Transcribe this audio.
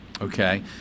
Okay